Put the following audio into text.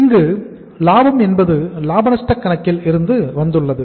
இங்கு லாபம் என்பது லாப நஷ்டக் கணக்கில் இருந்து வந்துள்ளது